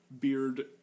beard